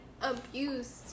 abused